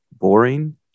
boring